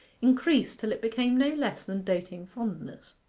increased till it became no less than doting fondness.